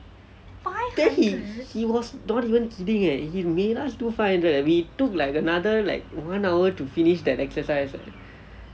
then he was not even kidding leh he made us do five hundred leh we took like another like one hour to finish that exercise leh